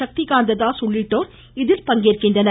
சக்தி காந்ததாஸ் உள்ளிட்டோர் இதில் பங்கேற்கின்றனர்